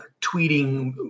tweeting